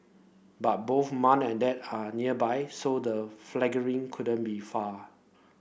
but both mum and dad are nearby so the fledglings couldn't be far